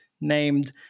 named